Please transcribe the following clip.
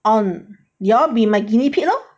on you all be my guinea pig lor